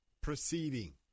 proceeding